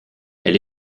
elle